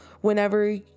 whenever